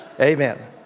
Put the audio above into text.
amen